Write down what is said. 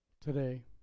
today